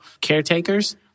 caretakers